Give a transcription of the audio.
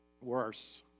worse